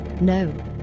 No